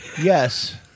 Yes